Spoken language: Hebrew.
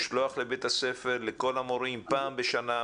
לשלוח לבית הספר לכל המורים פעם בשנה?